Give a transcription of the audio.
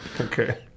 Okay